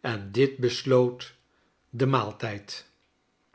en dit besloot den maaltijd